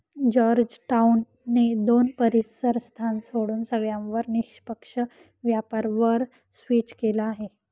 Georgetown ने दोन परीसर स्थान सोडून सगळ्यांवर निष्पक्ष व्यापार वर स्विच केलं आहे